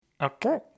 Okay